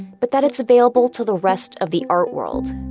but that it's available to the rest of the art world.